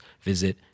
visit